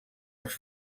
els